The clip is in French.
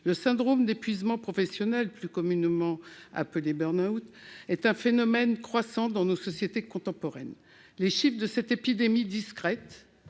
Le syndrome d'épuisement professionnel, plus communément appelé burn-out, est un phénomène croissant dans nos sociétés contemporaines. Les chiffres de cette épidémie discrète